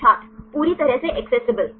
छात्र पूरी तरह से एक्सेसिबल